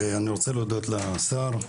אני רוצה להודות לשר,